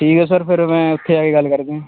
ਠੀਕ ਹੈ ਸਰ ਫਿਰ ਮੈਂ ਉੱਥੇ ਆ ਕੇ ਗੱਲ ਕਰਦਾਂ